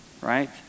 right